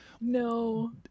No